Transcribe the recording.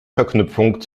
verknüpfung